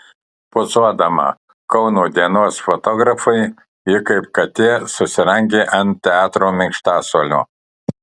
pozuodama kauno dienos fotografui ji kaip katė susirangė ant teatro minkštasuolio